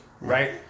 right